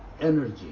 energy